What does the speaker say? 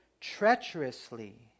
treacherously